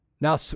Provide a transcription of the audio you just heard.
Now